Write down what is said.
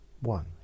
one